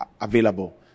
available